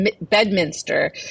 Bedminster